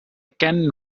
can